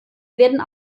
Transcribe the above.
werden